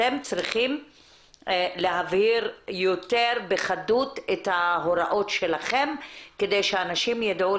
אתם צריכים להבהיר יותר בחדות את ההוראות שלכם כדי שאנשים יידעו.